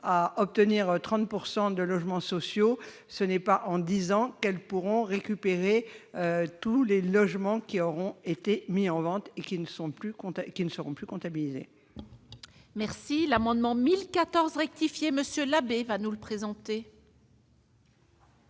à obtenir 30 % de logements sociaux, ce n'est pas en dix ans qu'elles pourront récupérer la perte des logements qui auront été mis en vente et qui ne seront plus comptabilisés. L'amendement n° 1014 rectifié, présenté